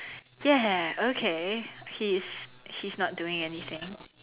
ya okay he's he's not doing anything